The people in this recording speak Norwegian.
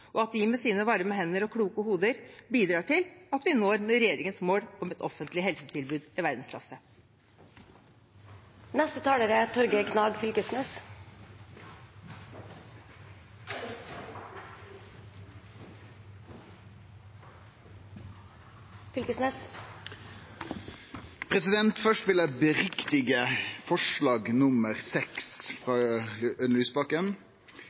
og at de med sine varme hender og kloke hoder bidrar til at vi når regjeringens mål om et offentlig helsetilbud i